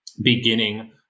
beginning